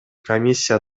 комиссия